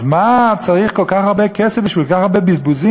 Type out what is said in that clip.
אז מה צריך כל כך הרבה כסף בשביל כל כך הרבה בזבוזים?